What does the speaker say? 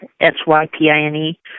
S-Y-P-I-N-E